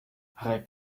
reg